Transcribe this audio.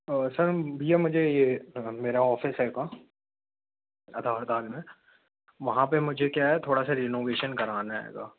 sir ये मुझे ये मेरा ऑफ़िस हैगा आधार ताल में वहाँ पे मुझे क्या है थोड़ा सा रीनोवेशन कराना हैगा